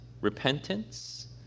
repentance